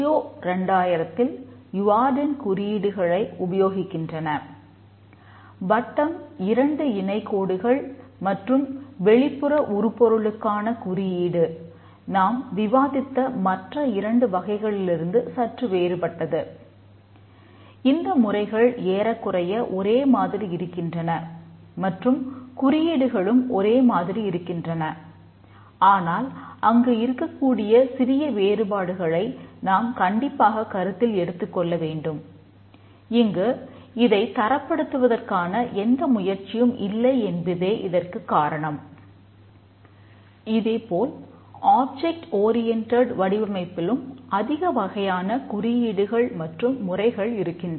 விஸ்ஓ 2000 ஒரே மாதிரியே இருக்கும்